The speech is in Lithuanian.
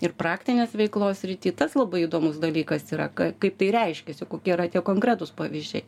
ir praktinės veiklos srity tas labai įdomus dalykas yra k kaip tai reiškiasi kokie yra tie konkretūs pavyzdžiai